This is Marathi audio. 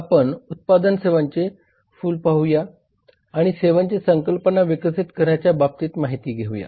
आपण उत्पादन सेवांचे फुल पाहूया आणि सेवांच्या संकल्पना विकसित करण्याच्या बाबतीत माहिती घेऊया